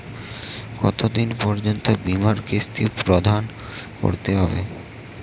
কতো দিন পর্যন্ত বিমার কিস্তি প্রদান করতে হবে?